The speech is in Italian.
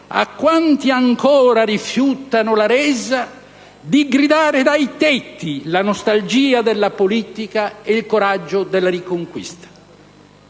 a quanti ancora rifiutano la resa di «gridare dai tetti la nostalgia della politica e il coraggio della sua riconquista».